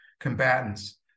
combatants